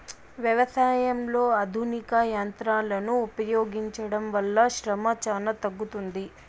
వ్యవసాయంలో ఆధునిక యంత్రాలను ఉపయోగించడం వల్ల శ్రమ చానా తగ్గుతుంది